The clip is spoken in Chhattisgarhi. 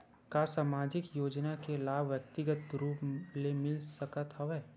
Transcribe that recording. का सामाजिक योजना के लाभ व्यक्तिगत रूप ले मिल सकत हवय?